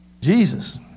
Jesus